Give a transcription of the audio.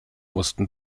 mussten